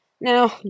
Now